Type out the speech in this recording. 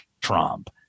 Trump